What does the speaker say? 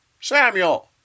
Samuel